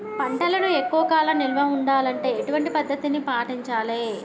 పంటలను ఎక్కువ కాలం నిల్వ ఉండాలంటే ఎటువంటి పద్ధతిని పాటించాలే?